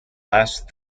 last